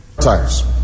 Tires